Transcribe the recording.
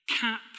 cap